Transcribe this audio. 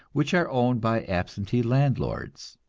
which are owned by absentee landlords.